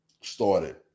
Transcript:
started